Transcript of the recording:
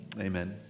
Amen